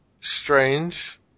strange